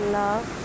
love